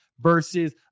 versus